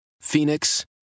Phoenix